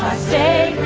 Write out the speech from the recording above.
say